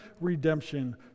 redemption